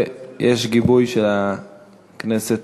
ויש גיבוי של הכנסת,